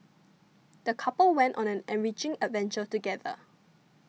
the couple went on an enriching adventure together